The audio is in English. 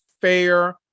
fair